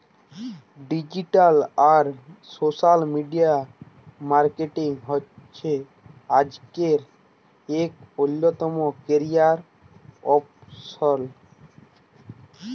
digital আর social media marketing হছে আইজকের ইক অল্যতম ক্যারিয়ার অপসল